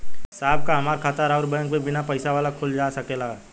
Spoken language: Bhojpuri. साहब का हमार खाता राऊर बैंक में बीना पैसा वाला खुल जा सकेला?